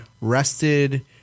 rested